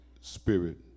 spirit